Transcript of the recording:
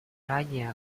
ранее